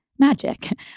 Magic